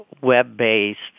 web-based